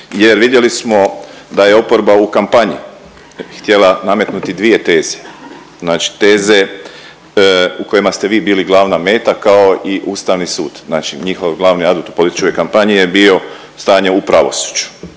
jer vidjeli smo da je oporba u kampanji htjela nametnuti dvije teze, znači teze u kojima ste vi bili glavna meta kao i Ustavni sud. Znači njihov glavni adut u političkoj kampanji je bio stanje u pravosuđu.